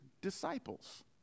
disciples